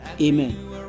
Amen